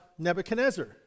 Nebuchadnezzar